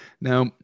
now